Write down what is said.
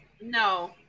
No